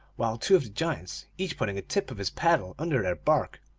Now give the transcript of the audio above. while two of the giants, each putting a tip of his paddle under their bark,